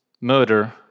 Murder